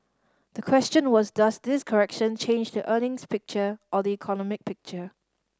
the question was does this correction change the earnings picture or the economic picture